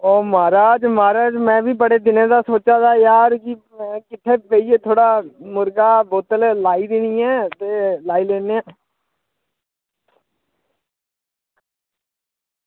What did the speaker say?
ओह् महाराज महाराज में बी बड़े दिनें दा सोचा दा यार कि किट्ठे बेहियै थोह्ड़ा मुर्गा बोतल लाई दी नी ऐ ते एह् लाई लैन्ने आं